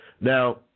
Now